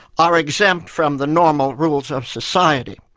are exempt from the normal rules of society.